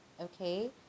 okay